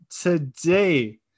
today